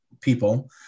people